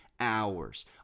hours